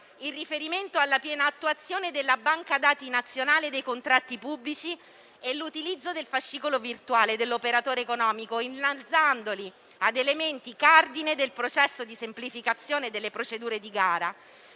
il riferimento alla piena attuazione della banca dati nazionale dei contratti pubblici e l'utilizzo del fascicolo virtuale dell'operatore economico, innalzandoli a elementi cardine del processo di semplificazione delle procedure di gara.